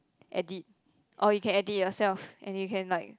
edit or you can edit yourself and you can like